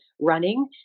running